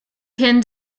can